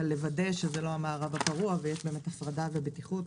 אבל לוודא שזה לא המערב הפרוע ויש באמת הפרדה ובטיחות,